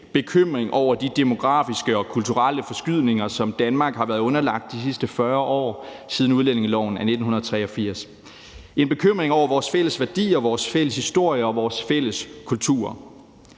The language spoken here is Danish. bekymring for de demografiske og kulturelle forskydninger, som Danmark har været underlagt de sidste 40 år, nemlig siden udlændingeloven af 1983. Det er en bekymring for vores fælles værdier, vores fælles historie og vores fælles kultur.